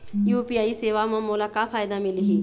UPI सेवा म मोला का फायदा मिलही?